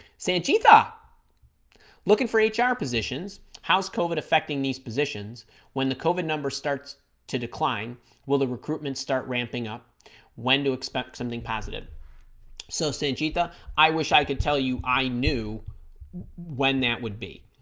sanchita looking for hr positions house kovat affecting these positions when the kovat number starts to decline will the recruitment start ramping up when to expect something positive so sanchita i wish i could tell you i knew when that would be